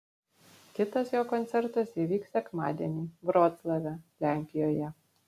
kitas jo koncertas įvyks sekmadienį vroclave lenkijoje